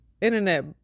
Internet